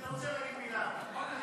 אני רוצה להגיד מילה אחת.